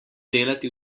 delati